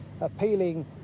appealing